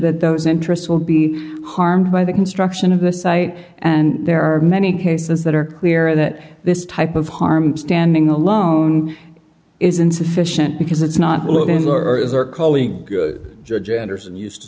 that those interests will be harmed by the construction of the site and there are many cases that are clear that this type of harm standing alone is insufficient because it's not